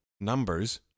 numbers